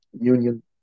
union